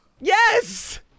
Yes